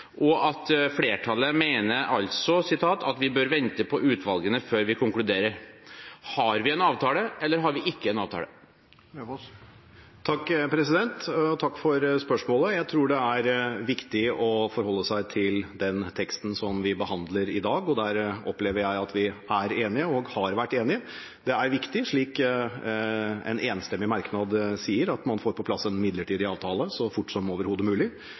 og at flertallet mener at «vi bør vente på utvalgene før vi konkluderer». Har vi en avtale, eller har vi ikke en avtale? Takk for spørsmålet. Jeg tror det er viktig å forholde seg til den teksten som vi behandler i dag, og der opplever jeg at vi er enige, og har vært enige. Det er viktig, slik en enstemmig merknad sier, at man får på plass en midlertidig avtale så fort som overhodet mulig,